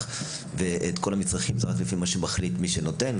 את כל המצרכים לפי מה שמחליט הנותן,